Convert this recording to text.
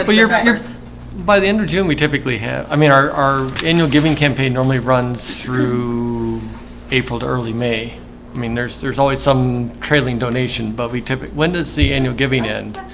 but your backers by the end of june we typically have i mean our our annual giving campaign normally runs through april to early i mean there's there's always some trailing donation but we typical in does see annual giving end